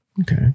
Okay